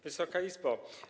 Wysoka Izbo!